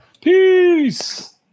Peace